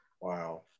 Wow